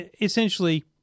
essentially